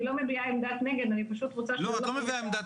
אני לא מביעה עמדת נגד אני פשוט רוצה --- לא את לא מביאה עמדת